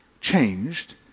changed